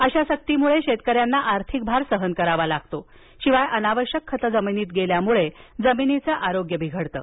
अशा सक्तीमुळे शेतकऱ्यांना आर्थिक भार सहन करावा लागतो शिवाय अनावश्यक खतं जमिनीत गेल्यामुळे जमिनीचं आरोग्य बिघडतं